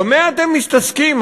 במה אתם מתעסקים,